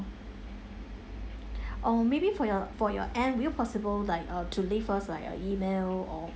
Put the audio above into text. or maybe from your from your end will you possible like uh to leave us like a email or